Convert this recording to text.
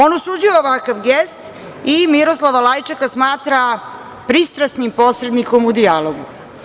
On osuđuje ovakav gest i Miroslava Lajčaka smatra pristrasnim posrednikom u dijalogu.